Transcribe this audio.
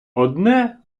одне